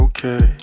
Okay